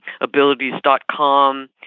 Abilities.com